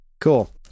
cool